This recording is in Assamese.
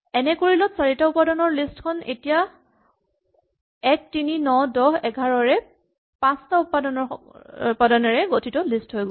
এনে কৰিলত চাৰিটা উপাদানৰ লিষ্ট খন এতিয়া ১ ৩ ৯ ১০ ১১ ৰে পাঁচটা উপাদানেৰে গঠিত লিষ্ট হৈ গ'ল